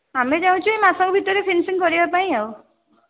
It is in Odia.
ଆମେ ଚାହୁଁଛୁ ଏ ମାସକ ଭିତରେ ଫିନିସିଙ୍ଗ କରିବା ପାଇଁ ଆଉ